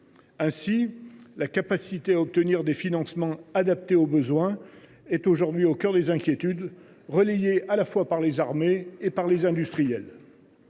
Ainsi, la capacité à obtenir des financements adaptés aux besoins est aujourd’hui au cœur des inquiétudes relayées par les armées et les industriels.